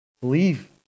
Believe